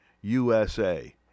USA